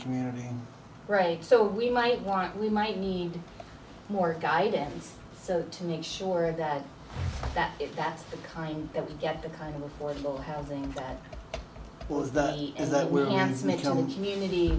community break so we might want we might need more guidance so to make sure that that if that's the kind that we get the kind of affordable housing that